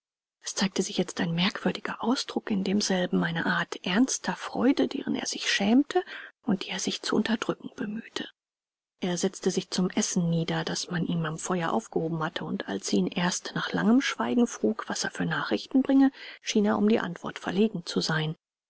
es zeigte sich jetzt ein merkwürdiger ausdruck in demselben eine art ernster freude deren er sich schämte und die er sich zu unterdrücken bemühte er setzte sich zum essen nieder das man ihm am feuer aufgehoben hatte und als sie ihn erst nach langem schweigen frug was er für nachrichten bringe schien er um die antwort verlegen zu sein